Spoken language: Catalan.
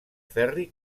ferri